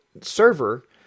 server